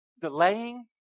delaying